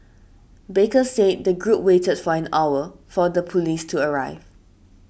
baker said the group waited for an hour for the police to arrive